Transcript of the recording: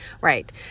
right